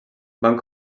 van